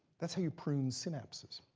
that's how you prune synapses.